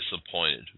disappointed